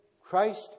Christ